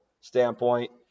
standpoint